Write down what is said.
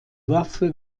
waffe